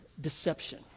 deception